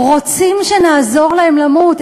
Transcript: רוצים שנעזור להם למות?